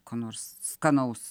ko nors skanaus